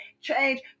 Change